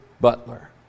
butler